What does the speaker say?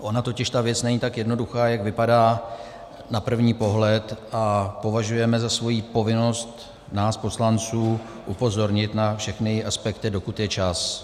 Ona totiž ta věc není tak jednoduchá, jak vypadá na první pohled, a považujeme za svoji povinnost, nás poslanců, upozornit na všechny aspekty, dokud je čas.